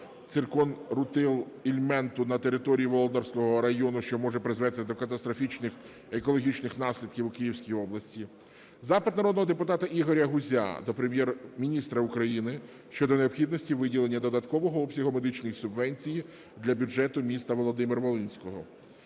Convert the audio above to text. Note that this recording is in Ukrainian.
циркон-рутил-ільменіту на території Володарського району, що може призвести до катастрофічних екологічних наслідків у Київській області. Запит народного депутата Ігоря Гузя до Прем'єр-міністра України щодо необхідності виділення додаткового обсягу медичної субвенції для бюджету міста Володимира-Волинського.